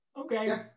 okay